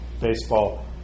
baseball